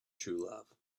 truelove